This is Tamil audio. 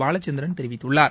பாலச்சந்திரன் தெரிவித்துள்ளார்